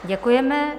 Děkujeme.